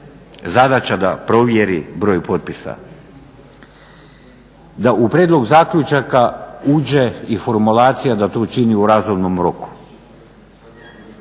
zadaća da provjeri broj potpisa da u prijedlog zaključaka uđe i formulacija da to učini u razumnom roku.